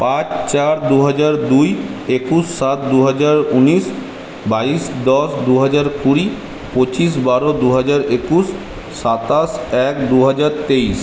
পাঁচ চার দুহাজার দুই একুশ সাত দুহাজার উনিশ বাইশ দশ দুহাজার কুড়ি পঁচিশ বারো দুহাজার একুশ সাতাশ এক দুহাজার তেইশ